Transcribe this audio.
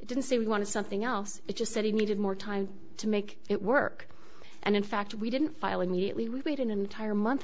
i didn't say we want to something else it just said he needed more time to make it work and in fact we didn't file immediately we wait an entire month